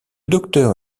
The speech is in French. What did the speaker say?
docteur